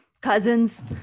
cousins